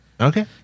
okay